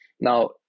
Now